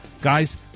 Guys